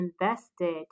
invested